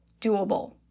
doable